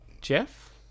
Jeff